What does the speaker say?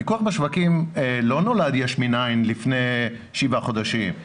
הפיקוח בשווקים לא נולד יש מאין לפני שבעה חודשים.